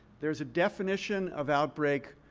there's a definition of outbreak